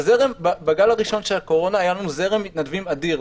בגל הראשון של הקורונה היה לנו זרם מתנדבים אדיר.